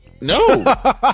No